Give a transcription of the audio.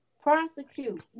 Prosecute